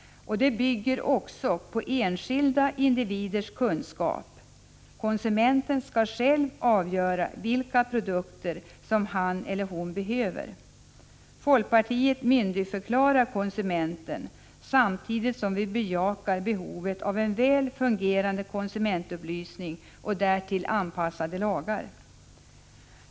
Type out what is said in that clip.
Det bygger också på enskilda individers kunskap. Konsumenten skall själv avgöra vilka produkter han/hon behöver. Folkpartiet myndigförklarar konsumenten, samtidigt som vi bejakar behovet av en väl fungerande konsumentupplysning och därtill anpassade lagar.